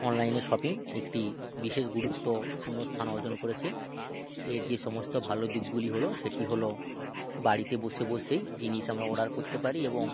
অনলাইনে শপিং একটি বিশেষ গুরুত্বপূর্ণ স্থান অর্জন করেছে এর যে সমস্ত ভালো দিকগুলি হলো সেটি হলো বাড়িতে বসে বসেই জিনিস আমরা অর্ডার করতে পারি এবং